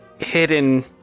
hidden